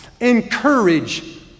Encourage